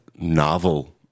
novel